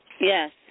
Yes